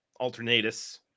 alternatus